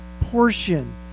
portion